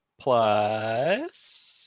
plus